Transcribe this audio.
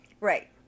Right